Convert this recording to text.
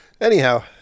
Anyhow